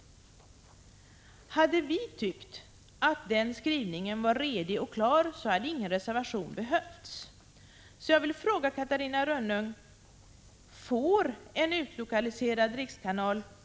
Hade vi tyckt att den skrivningen var redig och klar hade ingen reservation behövts.